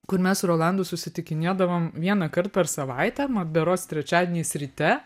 kur mes su rolandu susitikinėdavom vienąkart per savaitę berods trečiadieniais ryte